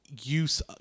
use